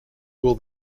will